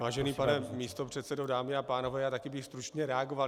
Vážený pane místopředsedo, dámy a pánové, já také bych stručně reagoval.